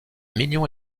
million